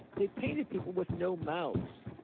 they painted people with no mouths.